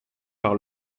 par